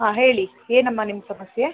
ಹಾಂ ಹೇಳಿ ಏನಮ್ಮ ನಿಮ್ಮ ಸಮಸ್ಯೆ